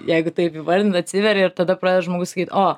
jeigu taip įvardint atsiveria ir tada pradeda žmogus sakyt o